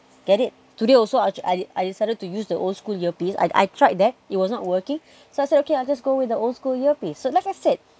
get it today also I I I decided to use the old school ear piece I tried that it was not working so I said okay I'll just go with the old school ear piece so like I said